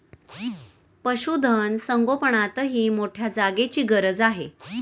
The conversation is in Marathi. पशुधन संगोपनातही मोठ्या जागेची गरज आहे